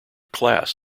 class